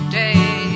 day